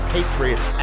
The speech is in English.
Patriot